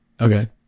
Okay